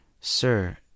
Sir